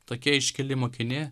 tokia iškili mokinė